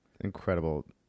Incredible